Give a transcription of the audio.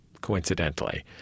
coincidentally